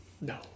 No